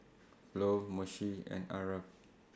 Flo Moshe and Aarav